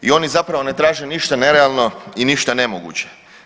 I oni zapravo ne traže ništa nerealno i ništa nemoguće.